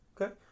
Okay